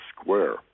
square